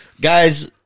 Guys